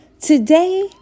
Today